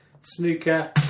snooker